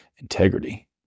Integrity